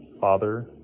father